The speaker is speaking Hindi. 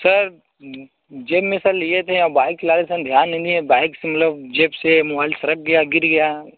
सर जिम में सर लिए थे बाइक चलाते समय ध्यान नहीं दिए बाइक से मतलब जेब से मोबाईल सरक गया गिर गया